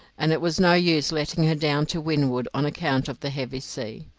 and it was no use letting her down to windward on account of the heavy sea.